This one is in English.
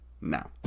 now